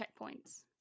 checkpoints